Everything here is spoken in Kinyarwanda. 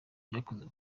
byakozwe